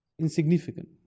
Insignificant